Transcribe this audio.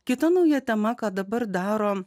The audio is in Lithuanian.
kita nauja tema ką dabar daro